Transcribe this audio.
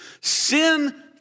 Sin